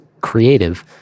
creative